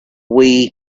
wii